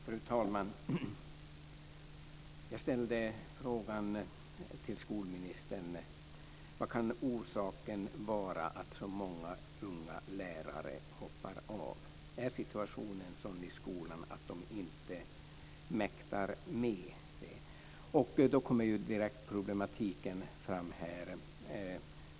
Fru talman! Jag ställde några frågor till skolministern: Vilken kan orsaken vara till att så många unga lärare hoppar av? Är situationen sådan i skolan att de inte mäktar med den? Då kommer problematiken fram direkt.